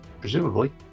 presumably